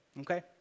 Okay